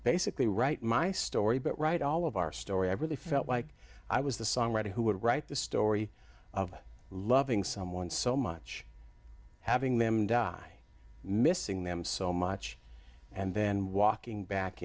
basically write my story but right all of our story i really felt like i was the songwriter who would write the story of loving someone so much having them die missing them so much and then walking back